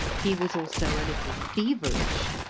he was also a little feverish,